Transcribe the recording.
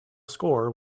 score